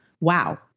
Wow